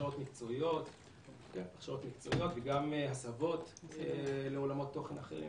הכשרות מקצועיות וגם הסבות לעולמות תוכן אחרים.